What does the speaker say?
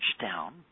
down